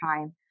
time